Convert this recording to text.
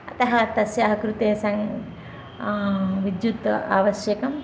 अतः तस्याः कृते सङ् विद्युत् आवश्यकम्